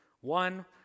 One